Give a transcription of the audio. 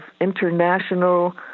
international